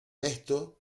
esto